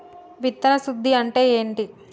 విత్తన శుద్ధి అంటే ఏంటి?